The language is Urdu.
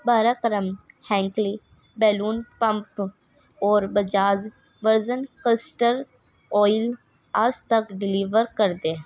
بارہ قرم ہینکلی بیلون پمپ اور بجاج ورژن قسٹر آئل آج تک ڈیلیور کر دیں